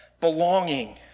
belonging